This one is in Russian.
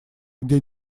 где